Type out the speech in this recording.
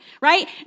right